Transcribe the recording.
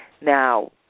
Now